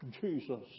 Jesus